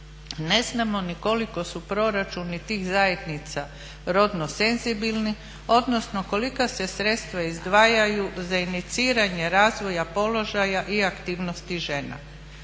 Ne znamo ni koliko su proračuni tih zajednica rodno senzibilni odnosno kolika se sredstva izdvajaju za iniciranje razvoja položaja i aktivnosti žena.